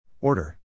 Order